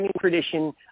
tradition